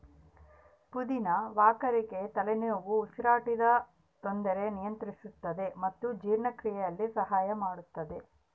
ಪುದಿನ ವಾಕರಿಕೆ ತಲೆನೋವು ಉಸಿರಾಟದ ತೊಂದರೆ ನಿಯಂತ್ರಿಸುತ್ತದೆ ಮತ್ತು ಜೀರ್ಣಕ್ರಿಯೆಯಲ್ಲಿ ಸಹಾಯ ಮಾಡುತ್ತದೆ